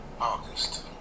August